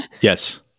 Yes